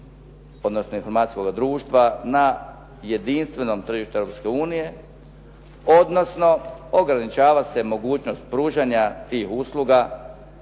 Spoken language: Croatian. odnosno informacijskoga društva na jedinstvenom tržištu Europske unije, odnosno ograničava se mogućnost pružanja tih usluga